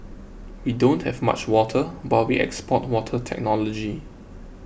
we don't have much water but we export water technology